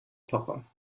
papa